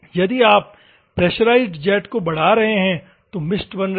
यदि आप pressurised jet को बढ़ा रहे हैं तो मिस्ट बन रही है